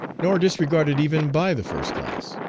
nor disregarded even by the first class.